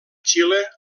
xile